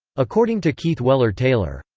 according to keith weller taylor,